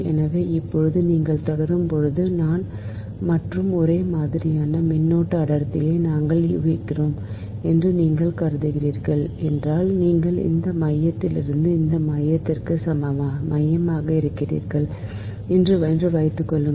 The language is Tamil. எனவே இப்போது நீங்கள் தொடரும் போது மற்றும் ஒரே மாதிரியான மின்னோட்ட அடர்த்தியை நாங்கள் யூகிக்கிறோம் என்று நீங்கள் கருதுகிறீர்கள் என்றால் நீங்கள் இந்த மையத்திலிருந்து இந்த மையத்திலிருந்து மையமாக இருக்கிறீர்கள் என்று வைத்துக்கொள்ளுங்கள்